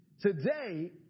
Today